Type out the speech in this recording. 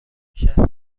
شصت